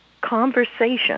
conversation